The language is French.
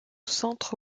centre